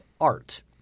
art